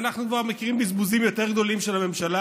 אנחנו כבר מכירים בזבוזים יותר גדולים של הממשלה